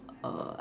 uh